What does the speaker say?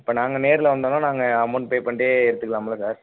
இப்போ நாங்கள் நேரில் வந்தோனா நாங்கள் அமௌண்ட் பே பண்ணிட்டு எடுத்துக்கலாம்ல சார்